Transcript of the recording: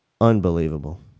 Unbelievable